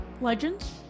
legends